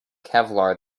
kevlar